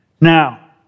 Now